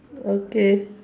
okay